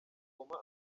goma